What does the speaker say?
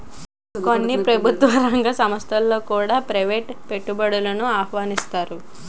కొన్ని ప్రభుత్వ రంగ సంస్థలలో కూడా ప్రైవేటు పెట్టుబడులను ఆహ్వానిస్తన్నారు